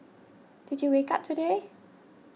did you wake up today